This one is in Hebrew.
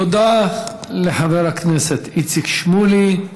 תודה לחבר הכנסת איציק שמולי.